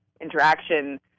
interaction